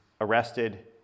arrested